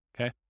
okay